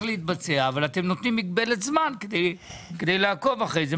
להתבצע אבל אתם נותנים מגבלת זמן כדי לעקוב אחרי זה.